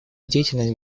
деятельность